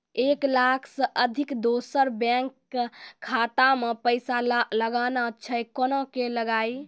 एक लाख से अधिक दोसर बैंक के खाता मे पैसा लगाना छै कोना के लगाए?